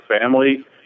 family